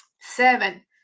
Seven